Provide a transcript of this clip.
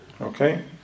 Okay